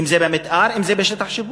אם זה במתאר, אם זה בשטח השיפוט,